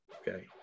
Okay